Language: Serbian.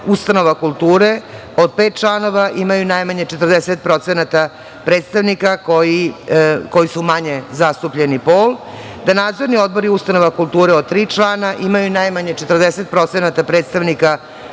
ustanova kulture od pet članova imaju najmanje 40% predstavnika koji su manje zastupljeni pol, da nadzorni odbori ustanova kulture od tri člana imaju najmanje 40% predstavnika